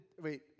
wait